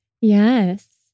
Yes